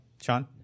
Sean